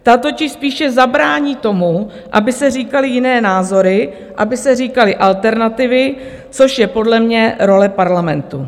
Ta totiž spíše zabrání tomu, aby se říkaly jiné názory, aby se říkaly alternativy, což je podle mě role parlamentu.